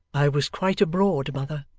i was quite abroad, mother,